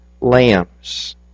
lambs